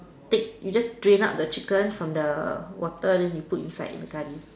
take you just drain out the chicken from the water then you put inside the curry